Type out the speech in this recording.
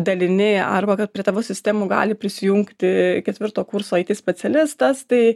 dalini arba kad prie tavo sistemų gali prisijungti ketvirto kurso it specialistas tai